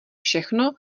všechno